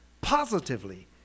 positively